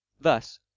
Thus